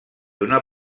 una